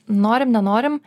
norim nenorim